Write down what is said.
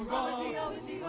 ology, ology,